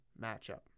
matchup